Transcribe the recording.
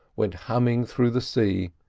went humming through the sea,